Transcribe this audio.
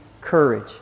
courage